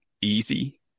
easy